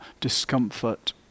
discomfort